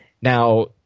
now